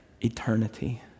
eternity